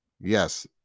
Yes